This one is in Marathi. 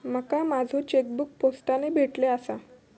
माका माझो चेकबुक पोस्टाने भेटले आसा